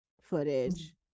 footage